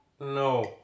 No